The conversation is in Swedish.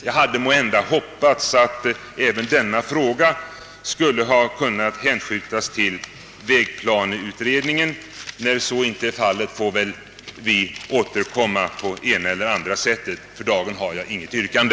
Jag hade hoppats att även denna fråga kunde ha hänskjutits till vägplaneutredningen. När så inte blir fallet får vi återkomma på det ena eller andra sättet. För dagen har jag intet yrkande.